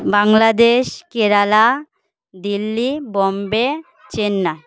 Bangladesh Kerala Delhi Bombay Chennai